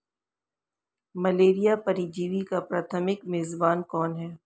Malaria परजीवी का प्राथमिक मेजबान कौन है?